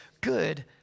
good